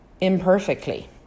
imperfectly